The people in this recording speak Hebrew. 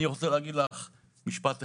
אני רוצה להגיד משפט אחד: